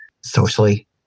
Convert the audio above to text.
socially